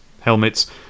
helmets